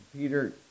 Peter